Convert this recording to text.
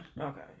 okay